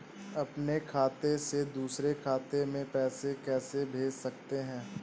अपने खाते से दूसरे खाते में पैसे कैसे भेज सकते हैं?